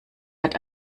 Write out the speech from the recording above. hat